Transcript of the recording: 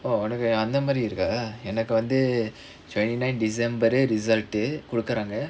oh உனக்கு அந்தமாரி இருக்கா எனக்கு வந்து:unakku anthamaari irukkaa enakku vanthu twenty nine december result குடுக்குறாங்க:kudukkuraanga